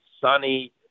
sunny